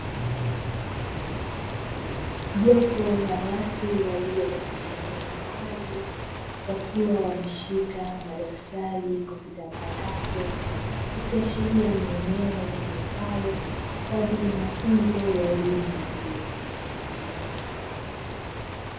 Jopo la watu walio katika eneo la wazi wakiwa wameshika madaftari kompyuta mpakato ikiashiria ni eneo litumikalo kwa ajili ya mafunzo ya elimu ya juu.